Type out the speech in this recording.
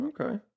okay